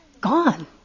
gone